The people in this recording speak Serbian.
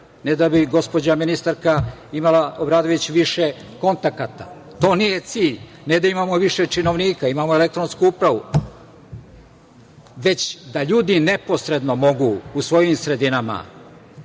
ne da bi gospođa ministarka Obradović imala više kontakata, to nije cilj. Ne da imamo više činovnika, imamo elektronsku upravu, već da ljudi neposredno mogu u svojim sredinama